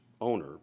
owner